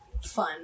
fun